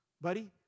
Buddy